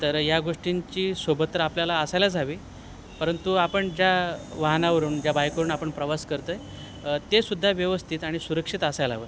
तर या गोष्टींची सोबत तर आपल्याला असायलाच हवी परंतु आपण ज्या वाहनावरून ज्या बाईकवरून आपण प्रवास करतो आहे ते सुद्धा व्यवस्थित आणि सुरक्षित असायला हवं